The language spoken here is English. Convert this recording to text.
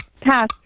Pass